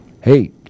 Hey